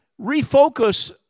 refocus